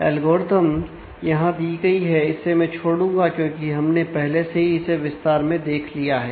algorithm यहां दी गई है इसे मैं छोडूंगा क्योंकि हमने पहले से ही इसे विस्तार में देख लिया है